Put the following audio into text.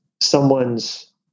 someone's